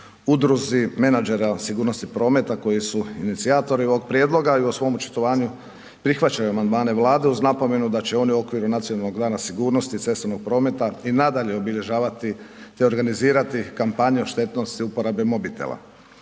udruzi menadžera sigurnosti prometa koji su inicijatori ovog prijedloga i u svom očitovanju prihvaćene amandmane Vlade uz napomenu da će oni u okviru Nacionalnog dana sigurnosti cestovnog prometa i nadalje obilježavati te organizirati kampanju štetnosti uporabe mobitela.